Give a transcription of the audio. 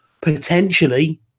potentially